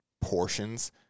portions